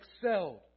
excelled